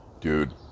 Dude